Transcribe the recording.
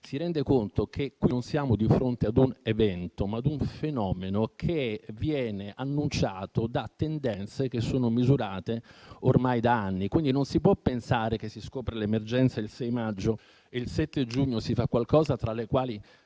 si rende conto che qui non siamo di fronte ad un evento, ma ad un fenomeno, che viene annunciato da tendenze che sono misurate ormai da anni. Quindi non si può pensare che si scopre l'emergenza il 6 maggio, e il 7 giugno si fa qualcosa tra cui,